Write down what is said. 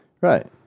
right